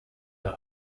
are